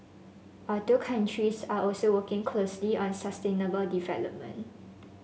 our two countries are also working closely on sustainable development